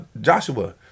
Joshua